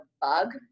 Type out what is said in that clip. bug